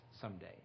someday